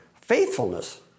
faithfulness